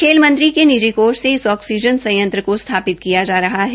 खेल मंत्री ने निजी कोष से इस ऑक्सीजन संयंत्र को स्थापित किया जा रहा है